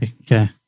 Okay